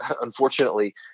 unfortunately